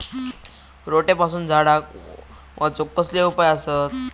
रोट्यापासून झाडाक वाचौक कसले उपाय आसत?